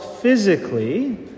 physically